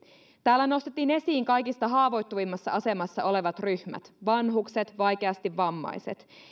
täällä nostettiin esiin kaikista haavoittuvimmassa asemassa olevat ryhmät vanhukset vaikeasti vammaiset